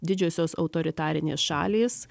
didžiosios autoritarinės šalys